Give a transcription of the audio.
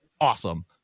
awesome